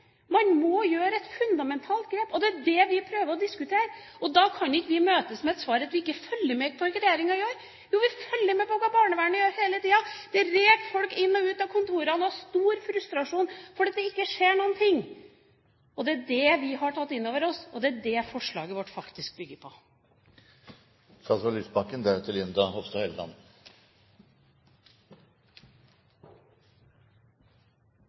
Man må gjøre et fundamentalt grep, og det er det vi prøver å diskutere. Da kan vi ikke møtes med svaret at vi ikke følger med på hva regjeringa gjør. Vi følger med på hva barnevernet gjør hele tida. Det reker folk inn og ut av kontorene i stor frustrasjon fordi det ikke skjer noen ting. Det er det vi har tatt inn over oss, og det er det forslaget vårt faktisk bygger